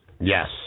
Yes